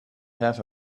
have